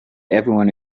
everyone